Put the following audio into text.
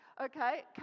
okay